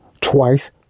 twice